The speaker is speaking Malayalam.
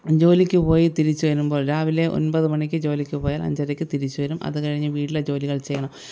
ജോലിക്ക് പോയി തിരിച്ച് വരുമ്പോൾ രാവിലെ ഒൻപത് മണിക്ക് ജോലിക്ക് പോയാൽ അഞ്ചരയ്ക്ക് തിരിച്ചു വരും അതുകഴിഞ്ഞ് വീട്ടിലെ ജോലികൾ ചെയ്യണം